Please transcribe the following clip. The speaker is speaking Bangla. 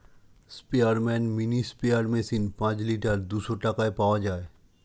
স্পেয়ারম্যান মিনি স্প্রেয়ার মেশিন পাঁচ লিটার দুইশো টাকায় পাওয়া যায়